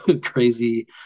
crazy